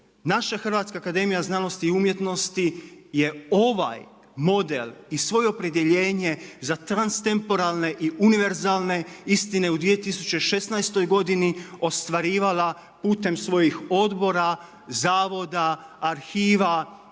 Naša Hrvatska akademija znanosti i umjetnosti je ovaj model i svoje opredjeljenje za transtemporalne i univerzalne istine u 2016. godini ostvarivala putem svojih odbora, zavoda, arhiva,